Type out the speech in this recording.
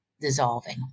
dissolving